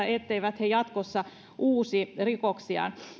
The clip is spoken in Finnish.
etteivät he jatkossa uusi rikoksiaan